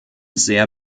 sehr